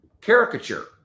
caricature